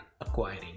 acquiring